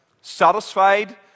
satisfied